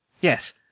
Yes